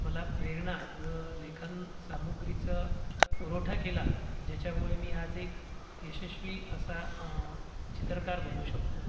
मला प्रेरणा व लेखनसामुग्रीचं पुरवठा केला ज्याच्यामुळे मी आज एक यशस्वी असा चित्रकार बनू शकलो